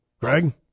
Greg